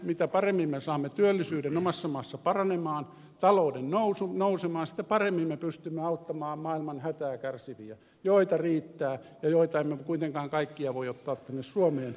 mitä paremmin me saamme työllisyyden omassa maassa paranemaan talouden nousun nousemaan sitä paremmin me pystymme auttamaan maailman hätää kärsiviä joita riittää ja joita emme kuitenkaan kaikkia voi ottaa tänne suomeen töitä tekemään